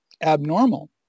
abnormal